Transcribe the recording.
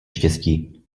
štěstí